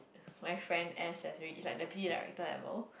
my friend as they read is like pre director I wrote